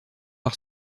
par